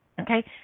Okay